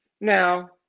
now